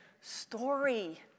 story